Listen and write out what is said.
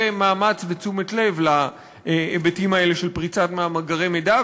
מאמץ ותשומת לב להיבטים האלה של פריצת מאגרי מידע,